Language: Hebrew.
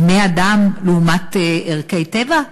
בני-אדם לעומת ערכי טבע?